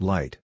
Light